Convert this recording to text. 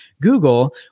Google